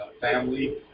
family